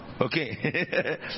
Okay